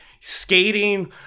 skating